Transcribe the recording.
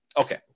Okay